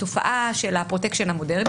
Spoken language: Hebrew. התופעה של "הפרוטקשן המודרני",